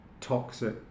toxic